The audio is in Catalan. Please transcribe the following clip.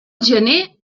gener